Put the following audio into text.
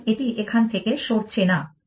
তাই এটি এখান থেকে সরছে না